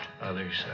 others